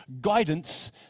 Guidance